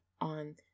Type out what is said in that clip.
on